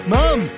Mom